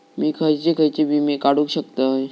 मी खयचे खयचे विमे काढू शकतय?